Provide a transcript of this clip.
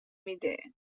میده